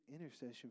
intercession